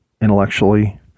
intellectually